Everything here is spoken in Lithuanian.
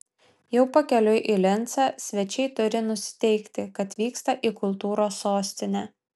jau pakeliui į lincą svečiai turi nusiteikti kad vyksta į kultūros sostinę